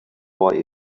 boy